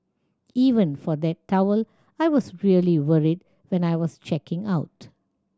even for that towel I was really worried when I was checking out